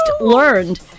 learned